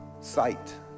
sight